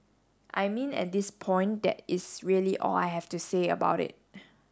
I mean at this point that is really all I have to say about it